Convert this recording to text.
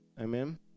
Amen